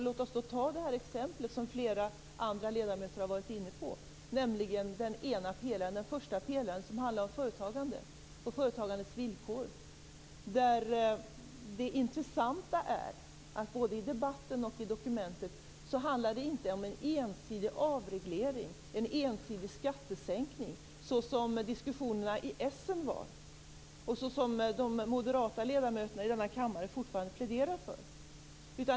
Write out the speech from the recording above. Låt oss ta det exempel flera andra ledamöter har varit inne på, nämligen första pelaren och företagandets villkor. Det intressanta är att både i debatten och i dokumentet handlar det inte om en ensidig avreglering eller skattesänkning, som diskussionerna i Essen och som de moderata ledamöterna i kammaren fortfarande pläderar för.